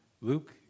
Luke